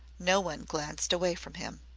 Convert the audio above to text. no one glanced away from him.